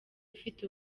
ufite